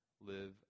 live